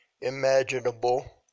imaginable